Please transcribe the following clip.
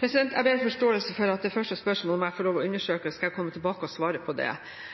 Jeg ber om forståelse for at jeg må få lov til å undersøke det første spørsmålet, og så skal jeg komme tilbake og svare på det.